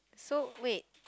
so wait